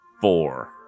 Four